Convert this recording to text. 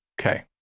Okay